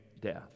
death